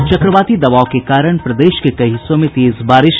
और चक्रवाती दबाव के कारण प्रदेश के कई हिस्सों में तेज बारिश